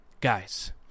guys